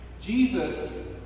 Jesus